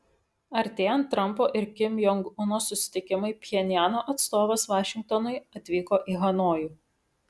artėjant trampo ir kim jong uno susitikimui pchenjano atstovas vašingtonui atvyko į hanojų